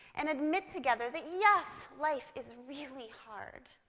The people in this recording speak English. and admit together that yes, life is really hard,